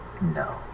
No